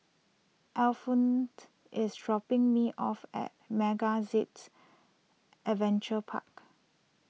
Al fent is dropping me off at MegaZip Adventure Park